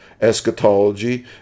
eschatology